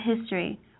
History